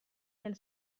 del